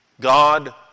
God